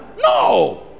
no